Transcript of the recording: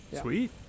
Sweet